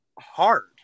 hard